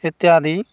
इत्यादि